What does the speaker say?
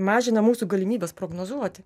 mažina mūsų galimybes prognozuoti